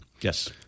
Yes